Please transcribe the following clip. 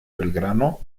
belgrano